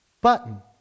button